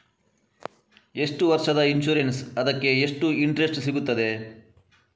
ಎಷ್ಟು ವರ್ಷದ ಇನ್ಸೂರೆನ್ಸ್ ಅದಕ್ಕೆ ಎಷ್ಟು ಇಂಟ್ರೆಸ್ಟ್ ಸಿಗುತ್ತದೆ?